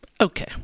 Okay